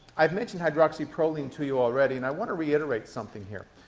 i've mentioned hydroxyproline to you already and i want to reiterate something here.